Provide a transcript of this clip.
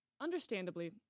Understandably